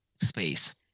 space